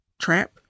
trap